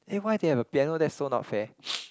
eh why didn't have a piano that's so not fair